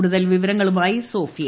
കൂടുതൽ വിവരങ്ങളുമായി സോഫിയ